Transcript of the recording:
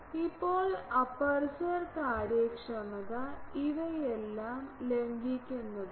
ഇപ്പോൾ അപ്പർച്ചർ കാര്യക്ഷമത ഇവയെല്ലാം ലംഘിക്കുന്നതാണ്